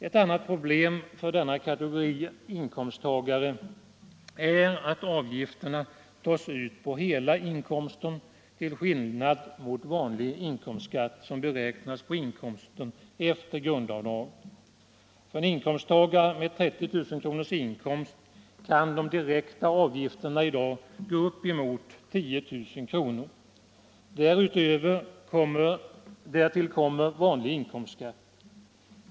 Ett annat problem för denna kategori inkomsttagare är att avgifterna beräknas på hela inkomsten till skillnad mot inkomsten efter grundavdrag vid vanlig inkomstskatt. För en inkomsttagare med 30 000 kr. i inkomst kan de direkta avgifterna i dag gå upp emot 10 000 kr. Därtill kommer vanlig inkomstskatt.